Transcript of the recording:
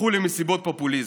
הפכו למסיבות פופוליזם.